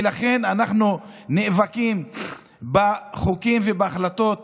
ולכן אנחנו נאבקים בחוקים ובהחלטות